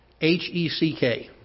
H-E-C-K